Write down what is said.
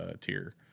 tier